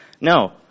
No